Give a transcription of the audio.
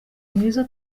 mwiza